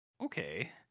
okay